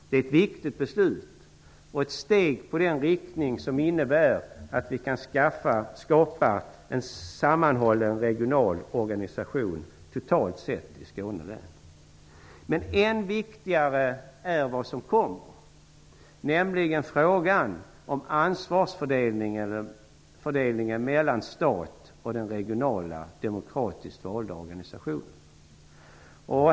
Det är ett viktigt beslut och ett steg i den riktning som innebär att vi kan skapa en sammanhållen regional organisation totalt sett i Skåne län. Än viktigare är dock vad som kommer, nämligen frågan om ansvarsfördelningen mellan staten och den regionala, demokratiskt valda organisationen.